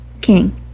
King